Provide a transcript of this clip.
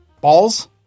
balls